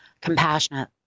compassionate